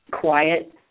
quiet